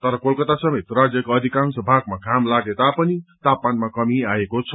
तर कोलकत्ता समेत राज्यका अधिकांश भागमा घाम लागे तापनि तापमानमा कमी आएको छ